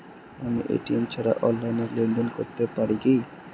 আমি এ.টি.এম ছাড়া অনলাইনে লেনদেন করতে পারি কি?